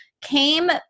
came